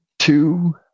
Two